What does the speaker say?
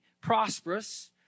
prosperous